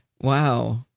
Wow